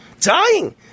dying